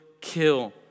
kill